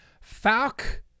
Falk